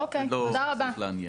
אוקי, תודה רבה.